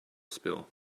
spill